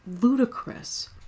ludicrous